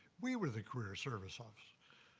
we were the career service office.